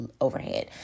overhead